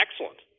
excellent